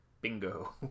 Bingo